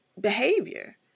behavior